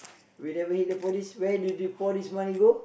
we never hit the four D where do the four D money go